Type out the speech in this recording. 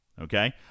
Okay